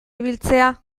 ibiltzea